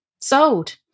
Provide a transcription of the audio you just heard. Sold